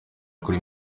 kuri